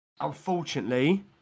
unfortunately